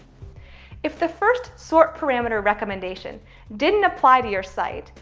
if the first sort parameter recommendation didn't apply to your site,